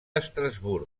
estrasburg